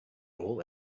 all